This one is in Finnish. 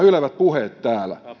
ylevät puheet täällä